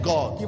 God